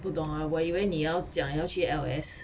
不懂 ah 我以为你要讲要去 L_S